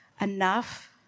enough